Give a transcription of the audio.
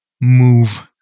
move